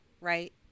Right